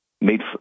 Made